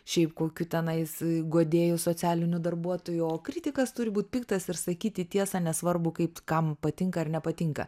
šiaip kokiu tenais guodėju socialiniu darbuotoju o kritikas turi būt piktas ir sakyti tiesą nesvarbu kaip kam patinka ar nepatinka